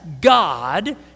God